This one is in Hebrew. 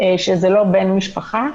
שזה לא בן משפחה,